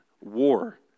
war